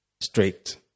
straight